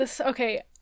Okay